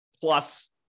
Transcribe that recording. plus